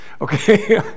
Okay